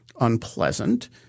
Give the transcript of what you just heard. unpleasant